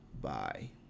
bye